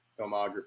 filmography